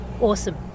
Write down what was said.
Awesome